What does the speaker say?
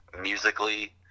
musically